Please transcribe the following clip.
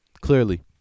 clearly